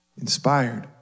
inspired